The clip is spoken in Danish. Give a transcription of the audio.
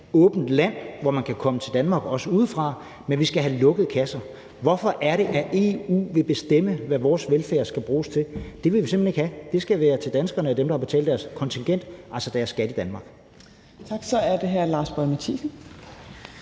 åbent land, som man kan komme til udefra, men vi skal have lukkede kasser. Hvorfor er det, at EU vil bestemme, hvad vores velfærd skal bruges til? Det vil vi simpelt hen ikke have – den skal være til danskerne og dem, der har betalt deres kontingent, altså betalt deres skat i Danmark.